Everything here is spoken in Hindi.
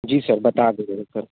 जी सर बता दीजिए ना सर